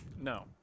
No